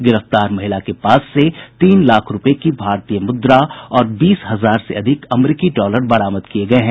गिरफ्तार महिला के पास से तीन लाख रूपये की भारतीय मुद्रा और बीस हजार से अधिक अमेरिकी डॉलर बरामद किये गये हैं